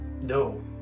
no